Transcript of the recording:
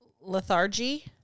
lethargy